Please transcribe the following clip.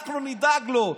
אנחנו נדאג לו.